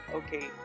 okay